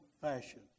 fashion